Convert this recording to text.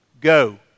Go